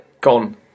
Gone